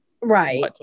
right